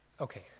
Okay